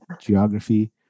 geography